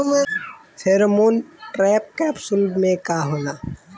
Pheromone trap capsule में का होला?